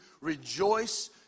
rejoice